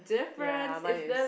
ya mine is